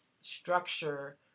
structure